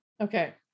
Okay